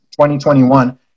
2021